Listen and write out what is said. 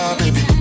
baby